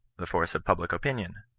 the force of public opinion,